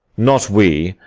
not we,